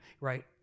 right